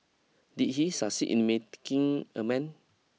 did he succeed in made king amends